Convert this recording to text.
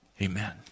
Amen